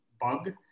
bug